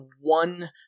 one